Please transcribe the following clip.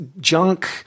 junk